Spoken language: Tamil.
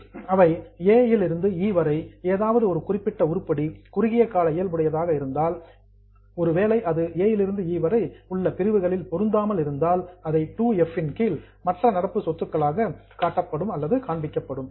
ஆகவே a லிருந்து e வரை ஏதாவது ஒரு குறிப்பிட்ட உருப்படி குறுகிய கால இயல்புடையதாக இருந்தால் ஒருவேளை அது a லிருந்து e வரை உள்ள பிரிவுகளில் பொருந்தாமல் இருந்தால் அதை 2 இன் கீழ் மற்ற நடப்பு சொத்துளாக காண்பிக்கப்படும்